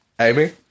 Amy